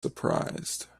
surprised